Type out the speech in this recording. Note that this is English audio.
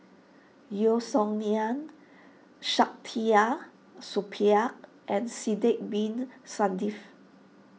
Yeo Song Nian Saktiandi Supaat and Sidek Bin Saniff